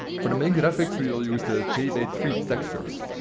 for the main graphics we will use the j b three textures.